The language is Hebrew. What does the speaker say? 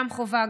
גם חובה,